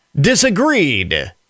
disagreed